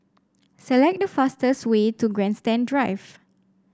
select the fastest way to Grandstand Drive